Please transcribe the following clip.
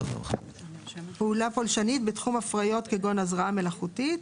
(5) פעולה פולשנית בתחום הפריות כגון הזרעה מלאכותית,